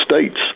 states